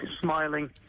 smiling